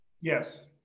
Yes